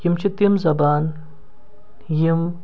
یِم چھِ تِم زبانہٕ یِم